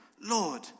Lord